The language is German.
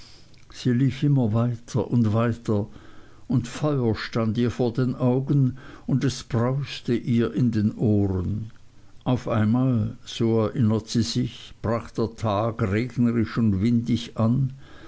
immer weiter und weiter und feuer stand ihr vor den augen und es brauste ihr in den ohren auf einmal so erinnert sie sich brach der tag regnerisch und windig an